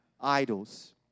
idols